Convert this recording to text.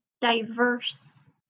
diverse